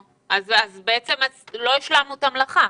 בעצם לא השלמנו את המלאכה.